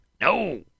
No